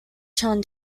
chan